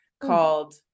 called